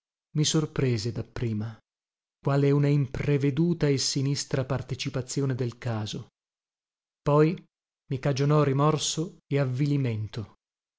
mi sorprese dapprima quale una impreveduta e sinistra partecipazione del caso poi mi cagionò rimorso e avvilimento